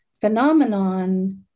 phenomenon